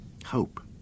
Hope